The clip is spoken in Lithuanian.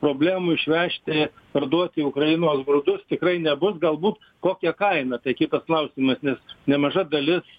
problemų išvežti parduoti ukrainos grūdus tikrai nebus galbūt kokia kaina tai kitas klausimas nes nemaža dalis